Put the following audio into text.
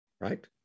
right